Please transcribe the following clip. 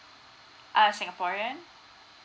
uh singaporean